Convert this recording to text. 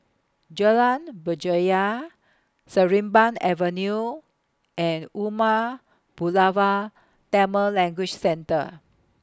Jalan Berjaya Sarimbun Avenue and Umar Pulavar Tamil Language Centre